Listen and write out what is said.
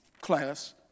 class